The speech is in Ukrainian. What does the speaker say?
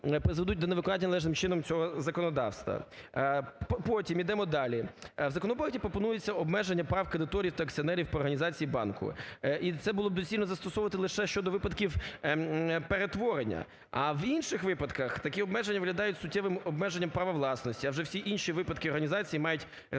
до невиконання належним чином цього законодавства. Потім, йдемо далі. В законопроекті пропонується обмеження прав кредиторів та акціонерів по організації банку. І це було б доцільно застосовували лише щодо випадків перетворення. А в інших випадках такі обмеження виглядають суттєвим обмеженням права власності, а вже всі інші випадки організації мають результатом